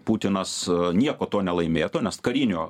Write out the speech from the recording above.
putinas nieko to nelaimėtų nes karinio